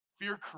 Fear